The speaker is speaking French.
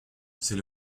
c’est